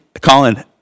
Colin